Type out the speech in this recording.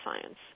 science